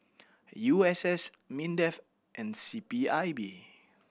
U S S MINDEF and C P I B